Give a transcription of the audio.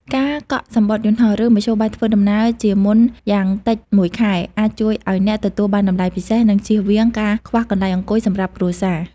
ការកក់សំបុត្រយន្តហោះ ឬមធ្យោបាយធ្វើដំណើរជាមុនយ៉ាងតិចមួយខែ អាចជួយឱ្យអ្នកទទួលបានតម្លៃពិសេស និងជៀសវាងការខ្វះកន្លែងអង្គុយសម្រាប់គ្រួសារ។